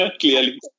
clearly